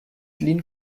lin